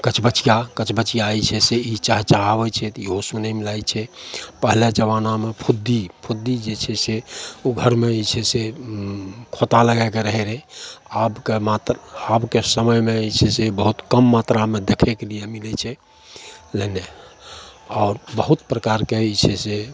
कचबचिआ कचबचिआ जे छै से ई चहचहाबै छै तऽ इहो सुनैमे लागै छै पहिले जमानामे फुद्दी फुद्दी जे छै से ओ घरमे जे छै से खोता लगैके रहै रहै आबके आबके समयमे जे छै से बहुत कम मात्रामे देखैके लिए मिलै छै मने आओर बहुत प्रकारके जे छै से